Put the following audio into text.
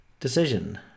Decision